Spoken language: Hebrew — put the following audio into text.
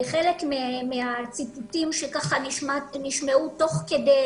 חלק מהציטוטים שנשמעו תוך כדי